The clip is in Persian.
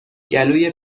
گلوی